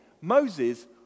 Moses